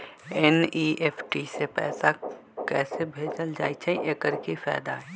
NEFT से पैसा कैसे भेजल जाइछइ? एकर की फायदा हई?